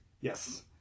Yes